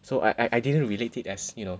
so I I I didn't relate it as you know